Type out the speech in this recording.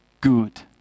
good